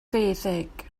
feddyg